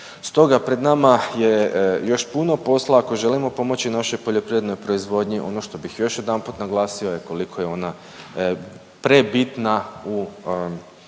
Stoga pred nama je još puno posla ako želimo pomoći našoj poljoprivrednoj proizvodnji. Ono što bih još jedanput naglasio je koliko je ona prebitna u